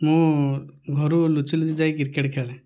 ମୁଁ ଘରୁ ଲୁଚି ଲୁଚି ଯାଇକି କ୍ରିକେଟ ଖେଳେ